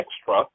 extra